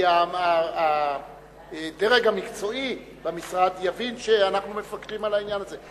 כי הדרג המקצועי במשרד יבין שאנחנו מפקחים על העניין הזה.